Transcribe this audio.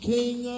King